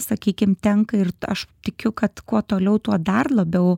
sakykim tenka ir aš tikiu kad kuo toliau tuo dar labiau